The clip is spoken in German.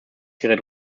gerät